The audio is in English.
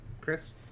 Chris